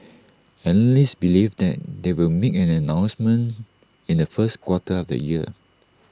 analysts believe that they will make an announcement in the first quarter of the year